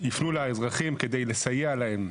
שיפנו לאזרחים כדי לסייע להם,